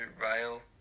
rail